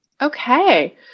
Okay